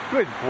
Good